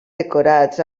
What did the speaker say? decorats